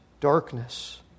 darkness